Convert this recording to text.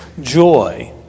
joy